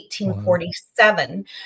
1847